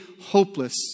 hopeless